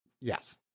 Yes